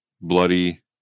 bloody